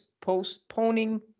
postponing